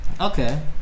Okay